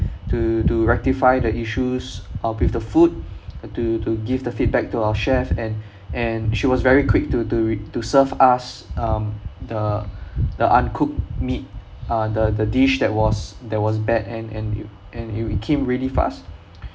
to to rectify the issues uh with the food to to give the feedback to our chef and and she was very quick to to to serve us um the the uncooked meat uh the the dish that was that was bad and and you and it came really fast